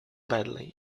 badly